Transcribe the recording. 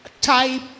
Type